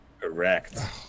correct